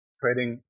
trading